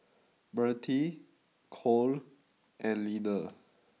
Mirtie Cole and Leaner